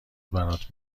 برات